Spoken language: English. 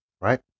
right